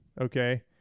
okay